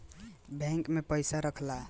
bank में पइसा रखला से पइसा के बढ़ोतरी होला